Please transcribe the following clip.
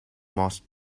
must